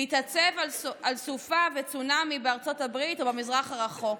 להתעצב על סופה וצונאמי בארצות הברית או במזרח הרחוק.